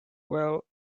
well